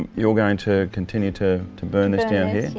you're going to continue to to burn this down here.